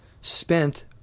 spent